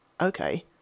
okay